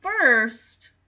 first